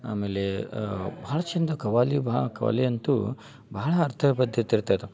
ಆಮೇಲೆ ಭಾಳ ಚಂದ ಖವಾಲಿ ಬಾ ಖವಾಲಿ ಅಂತೂ ಬಹಳ ಅರ್ಥಬದ್ಧತೆ ಇರ್ತೈತಿ